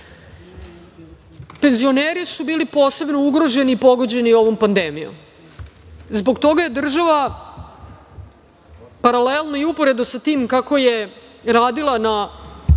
dinara. Penzioneri su bili posebno ugroženi i pogođeni ovom pandemijom. Zbog toga je država paralelno i uporedo sa tim kako je radila na